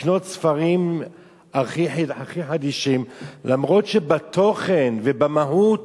לקנות ספרים הכי חדישים, למרות שבתוכן ובמהות